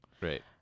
Right